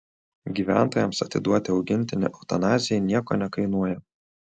gyventojams atiduoti augintinį eutanazijai nieko nekainuoja